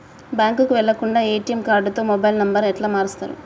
బ్యాంకుకి వెళ్లకుండా ఎ.టి.ఎమ్ కార్డుతో మొబైల్ నంబర్ ఎట్ల మారుస్తరు?